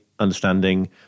understanding